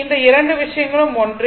இந்த 2 விஷயங்களும் ஒன்றே